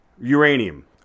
uranium